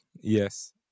Yes